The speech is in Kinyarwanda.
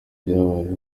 byabayeho